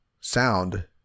sound